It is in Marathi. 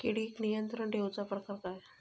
किडिक नियंत्रण ठेवुचा प्रकार काय?